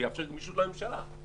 שתתאפשר גמישות לממשלה,